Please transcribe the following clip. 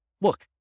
look